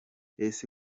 ese